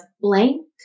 blank